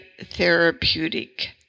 therapeutic